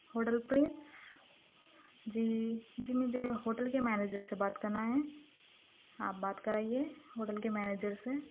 hotel prince جی جی مجھے ہوٹل کے منیجر سے بات کرنا ہے آپ بات کرائیے ہوٹل کے منیجر سے